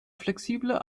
flexible